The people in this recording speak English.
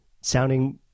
sounding